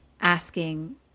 asking